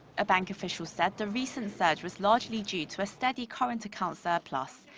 a bank official said the recent surge was largely due to a steady current account surplus.